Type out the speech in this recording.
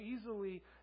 easily